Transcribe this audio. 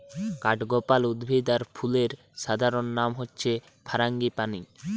কাঠগোলাপ উদ্ভিদ আর ফুলের সাধারণ নাম হচ্ছে ফারাঙ্গিপানি